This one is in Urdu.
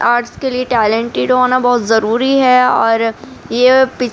آرٹس کے لیے ٹیلنٹیڈ ہونا بہت ضروری ہے اور یہ پچ